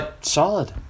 solid